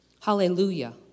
Hallelujah